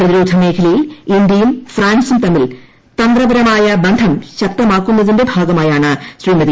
പ്രതിരോധമേഖലയിൽ ഇന്ത്യയും ഫ്രാൻസും തമ്മിൽ തന്ത്രപരമായ ബന്ധം ശക്തമാക്കുന്നതിന്റെ ഭാഗമായാണ് ശ്രീമതി